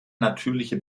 natürliche